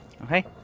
okay